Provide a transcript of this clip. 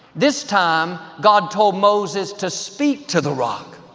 this time, god told moses to speak to the rock.